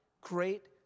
great